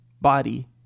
body